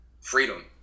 Freedom